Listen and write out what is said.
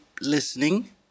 Listening